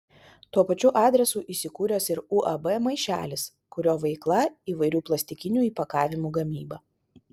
tuo pačiu adresu įsikūręs ir uab maišelis kurio veikla įvairių plastikinių įpakavimų gamyba